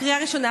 קריאה ראשונה,